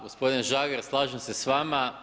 Gospodine Žagar, slažem se s vama.